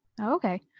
Okay